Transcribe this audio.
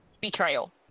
betrayal